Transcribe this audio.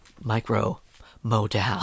micro-modal